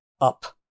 up